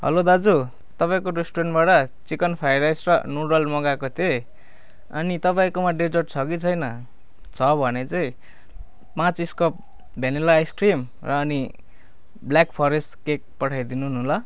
hello दाजु तपाईँको रेस्टुरेन्टबाट चिकन फ्राइ राइस र नुडल मगाएको थिएँ अनि तपाईँकोमा डेजर्ट छ कि छैन छ भने चाहिँ पाँच स्कप भेनिला आइसक्रिम र अनि ब्ल्याक फरेस्ट केक पठाइदिनुहोस् न ल